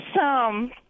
Awesome